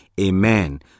Amen